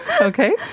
Okay